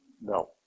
No